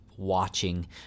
watching